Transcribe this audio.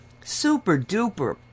super-duper